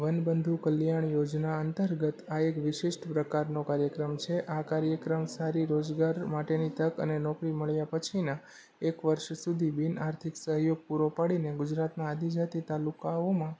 વનબંધુ કલ્યાણ યોજના અંતર્ગત આ એક વિશિષ્ટ પ્રકારનો કાર્યક્રમ છે આ કાર્યક્રમ સારી રોજગાર માટેની તક અને નોકરી મળ્યા પછીના એક વર્ષ સુધીના બિનઆર્થિક સહયોગ પૂરો પડીને ગુજરાતનાં આદિજાતિ તાલુકાઓમાં